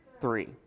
Three